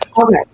Okay